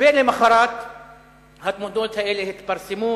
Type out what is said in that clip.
ולמחרת התמונות האלה התפרסמו,